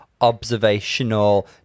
observational